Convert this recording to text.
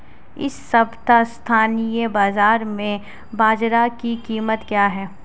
इस सप्ताह स्थानीय बाज़ार में बाजरा की कीमत क्या है?